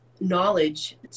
knowledge